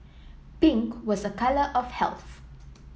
pink was a colour of health